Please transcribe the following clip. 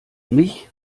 mich